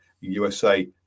USA